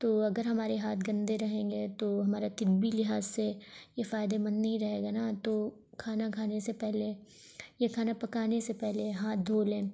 تو اگر ہمارے ہاتھ گندے رہیں گے تو ہمارا طبی لحاظ سے یہ فائدہ مند نہیں رہے گا نا تو کھانا کھانے سے پہلے یا کھانا پکانے سے پہلے ہاتھ دھولیں